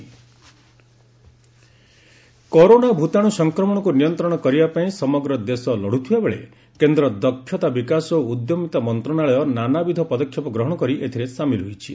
ଦକ୍ଷତା ବିକା ଓ ଉଦ୍ୟମିତା କରୋନା ଭୂତାଣୁ ସଂକ୍ରମଣକୁ ନିୟନ୍ତ୍ରଣ କରିବା ପାଇଁ ସମଗ୍ର ଦେଶ ଲଢ଼ୁଥିବା ବେଳେ କେନ୍ଦ୍ର ଦକ୍ଷତା ବିକାଶ ଓ ଉଦ୍ୟମିତା ମନ୍ତ୍ରଶାଳୟ ନାନାବିଧ ପଦକ୍ଷେପ ଗ୍ରହଣ କରି ଏଥିରେ ସାମିଲ ହୋଇଛି